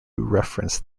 reference